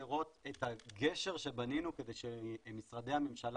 לראות את הגשר שבנינו כדי שמשרדי הממשלה